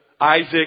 isaac